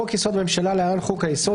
סעיף 6א 1. בחוק יסוד: הממשלה‏ (להלן חוק היסוד),